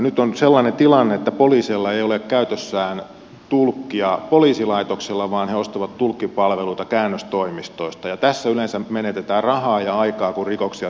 nyt on sellainen tilanne että poliiseilla ei ole käytössään tulkkia poliisilaitoksella vaan he ostavat tulkkipalveluita käännöstoimistoista ja tässä yleensä menetetään rahaa ja aikaa kun rikoksia selvitetään